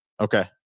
okay